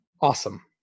Awesome